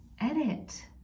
edit